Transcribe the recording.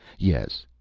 yes,